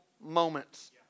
moments